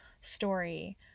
story